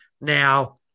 Now